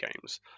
games